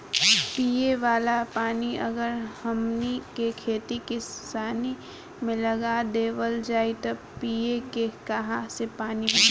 पिए वाला पानी अगर हमनी के खेती किसानी मे लगा देवल जाई त पिए के काहा से पानी मीली